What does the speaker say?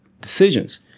decisions